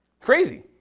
Crazy